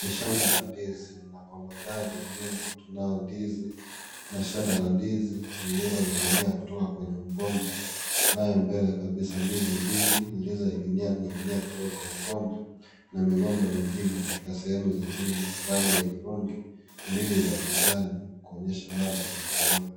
Ni shamba la ndizi na kwa mandhari ya nyuma tunaona ndizi na shada la ndizi lililoninginia kutoka kwa mgomba nayo mbele kabisa, ndizi mbili zilizoninginia kutoka kwa mgomba na migomba mingine katika sehemu zingine rangi ya hudhurungi, ndizi za kijani kuonyesha bado hazijakomaa.